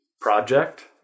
project